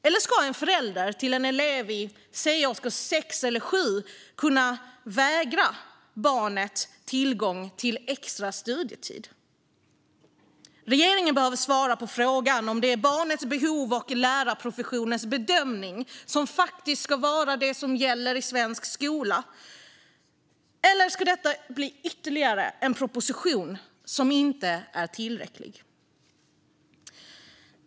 Och ska en förälder till en elev i till exempel årskurs 6 eller 7 kunna vägra att barnet får tillgång till extra studietid? Regeringen behöver svara på om det är barnets behov och lärarprofessionens bedömning som ska vara det som faktiskt gäller i svensk skola. Eller ska detta bli ytterligare en proposition som inte är tillräcklig?